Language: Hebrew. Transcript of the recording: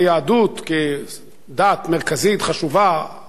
היהדות כדת מרכזית וחשובה,